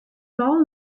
tal